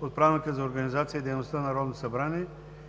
от Правилника за организацията и дейността на Народното събрание.